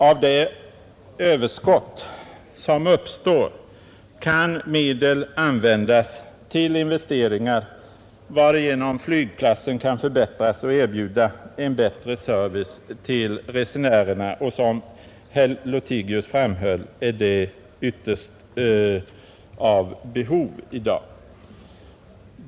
Av det överskott som uppstår kan medel användas till investeringar, varigenom flygplatsen kan förbättras och erbjuda en bättre service till resenärerna, och som herr Lothigius framhöll är det ytterst behövligt i dag.